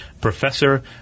Professor